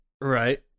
Right